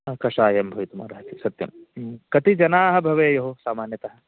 कषायं भवितुमर्हति सत्यं कति जनाः भवेयुः सामान्यतः